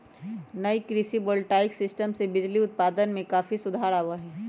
नई कृषि voltaic system से बिजली उत्पादन में काफी सुधार आवा हई